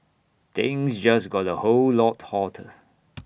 things just got A whole lot hotter